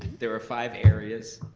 there are five areas,